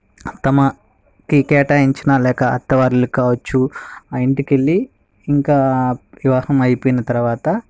తమకి కేటాయించిన లేక అత్తవారి ఇల్లు కావచ్చు ఆ ఇంటికి వెళ్ళి ఇంకా వివాహం అయిపోయిన తర్వాత